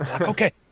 Okay